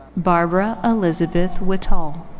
barbara elizabeth witol.